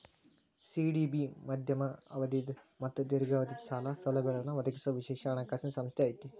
CDB ಮಧ್ಯಮ ಅವಧಿದ್ ಮತ್ತ ದೇರ್ಘಾವಧಿದ್ ಸಾಲ ಸೌಲಭ್ಯಗಳನ್ನ ಒದಗಿಸೊ ವಿಶೇಷ ಹಣಕಾಸಿನ್ ಸಂಸ್ಥೆ ಐತಿ